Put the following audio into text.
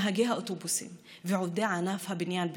נהגי האוטובוסים ועובדי ענף הבניין בפרט,